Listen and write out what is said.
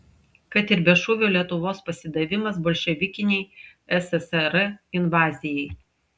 kad ir be šūvio lietuvos pasidavimas bolševikinei sssr invazijai